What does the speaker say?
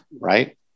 right